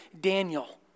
Daniel